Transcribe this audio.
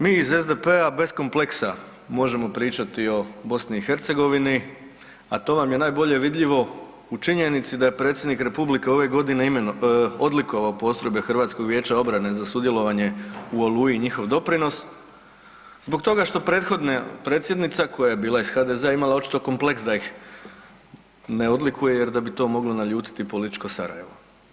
Mi iz SDP-a bez kompleksa možemo pričati o Bosni i Hercegovini, a to vam je najbolje vidljivo u činjenici da je Predsjednik Republike ove godine odlikovao postrojbe Hrvatskog vijeća obrane za sudjelovanje u Oluji, njihov doprinos zbog toga što prethodna predsjednica koja je bila iz HDZ-a imala očito kompleks da ih ne odlikuje jer da bi to moglo naljutiti političko Sarajevo.